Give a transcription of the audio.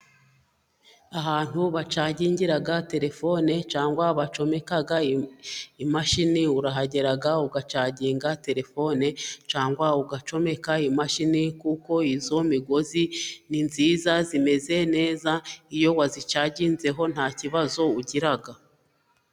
Ahantu bacagingira telefone cyangwa bacomeka imashini, urahagera ugacaginga telefone cyangwa ugacomeka imashini, kuko iyo migozi ni myiza imeze neza iyo wayicaginzeho nta kibazo ugira.